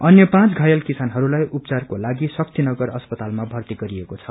अन्य पाँच घायल किसानहरूलाई उपचारको लागि शक्तिनगर अस्पतालमा भर्ती गरिएको छ